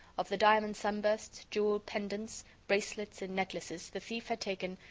of the diamond sunbursts, jeweled pendants, bracelets and necklaces, the thief had taken,